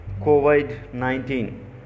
COVID-19